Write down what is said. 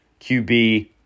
QB